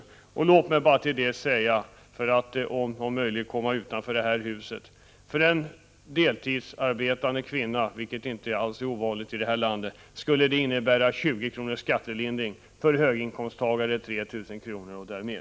Låt mig slutligen säga, för att om möjligt komma utanför detta hus, att detta för en deltidsarbetande kvinna, vilket inte alls är ovanligt i detta land, skulle innebära en skattelindring på 20 kr. men för en höginkomsttagare en skattelindring på 3 000 kr. eller mer.